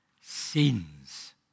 Sins